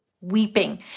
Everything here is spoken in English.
weeping